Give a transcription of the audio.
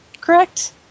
correct